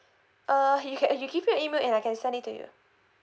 uh you can uh you give me your email and I can send it to you